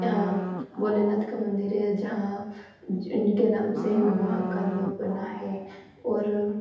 हाँ भोलेनाथ का मंदिर है जहाँ इनके नाम से वहाँ का लोक बना है और